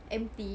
empty